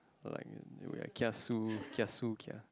like you kiasu kiasu kia